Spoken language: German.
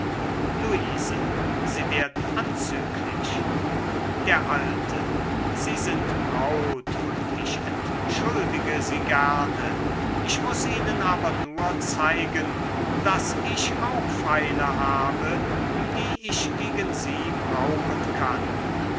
luise sie werden anzüglich der alte sie sind braut und ich entschuldige sie gerne ich muß ihnen aber nur zeigen daß ich auch pfeile habe die ich gegen sie brauchen kann